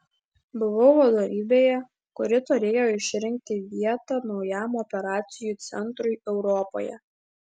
buvau vadovybėje kuri turėjo išrinkti vietą naujam operacijų centrui europoje